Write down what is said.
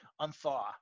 unthaw